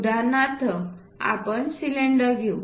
उदाहरणार्थ आपण सिलेंडर घेऊ